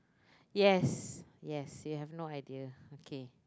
yes yes you have no idea okay